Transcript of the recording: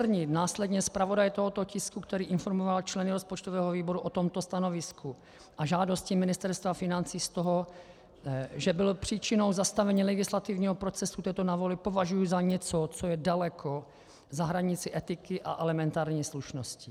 Očernit následně zpravodaje tohoto tisku, který informoval členy rozpočtového o tomto stanovisku a žádosti Ministerstva financí, z toho, že byl příčinou zastavení legislativního procesu, považuji za něco, co je daleko za hranicí etiky a elementární slušnosti.